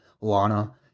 Lana